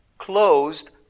Closed